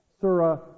Surah